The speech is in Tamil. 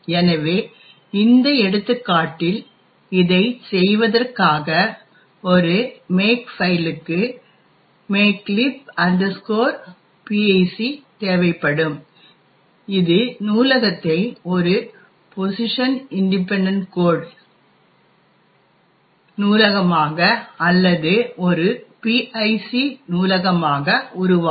எனவே இந்த எடுத்துக்காட்டில் இதைச் செய்வதற்காக ஒரு மேக்ஃபைலுக்கு makelib pic தேவைப்படும் இது நூலகத்தை ஒரு பொசிஷன் இன்ட்டிபென்டன்ட் கோட் நூலகமாக அல்லது ஒரு pic நூலகமாக உருவாக்கும்